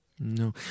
No